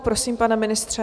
Prosím, pane ministře.